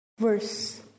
verse